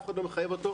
אף אחד לא מחייב אותו.